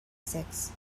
six